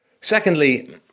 Secondly